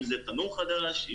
אם זה תנור חדש,